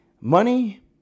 money